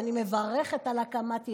ואני מברכת על הקמת יישוב.